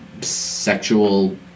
sexual